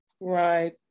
Right